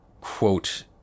quote